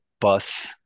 bus